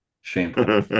Shameful